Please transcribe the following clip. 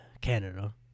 Canada